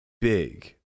big